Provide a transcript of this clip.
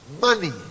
money